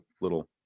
little